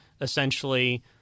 essentially